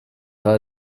her